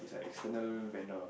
the external vendor